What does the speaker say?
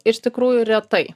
iš tikrųjų retai